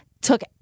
took